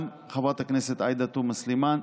גם חברת הכנסת עאידה תומא סלימאן,